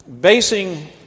basing